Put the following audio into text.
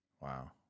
Wow